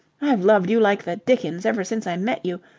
i've loved you like the dickens ever since i met you.